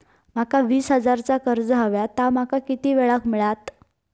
माका वीस हजार चा कर्ज हव्या ता माका किती वेळा क मिळात?